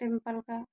temple का